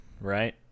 Right